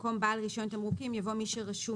במקום "בעל רישיון תמרוקים" יבוא "מי שרשום